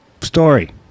story